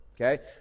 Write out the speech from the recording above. Okay